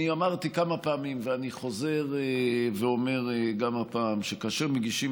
אני אמרתי כמה פעמים ואני חוזר ואומר גם הפעם שכאשר מגישים